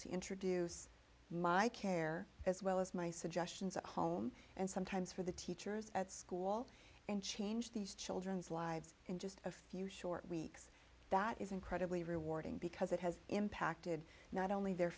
to introduce my care as well as my suggestions at home and sometimes for the teachers at school and change these children's lives in just a few short weeks that is incredibly rewarding because it has impacted not only their